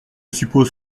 suppose